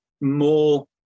more